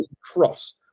cross